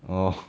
orh